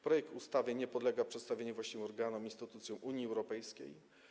Projekt ustawy nie podlega przedstawieniu właściwym organom i instytucjom Unii Europejskiej.